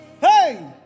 Hey